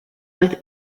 with